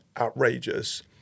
outrageous